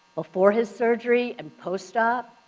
before his surgery and post-op,